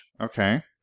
Okay